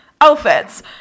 outfits